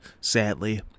sadly